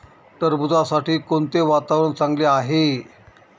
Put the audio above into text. टरबूजासाठी कोणते वातावरण चांगले आहे?